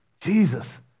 Jesus